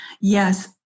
yes